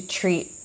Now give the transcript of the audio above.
treat